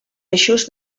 eixos